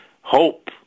Hope